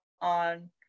on